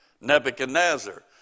Nebuchadnezzar